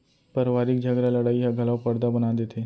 परवारिक झगरा लड़ई ह घलौ परदा बना देथे